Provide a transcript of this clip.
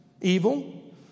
evil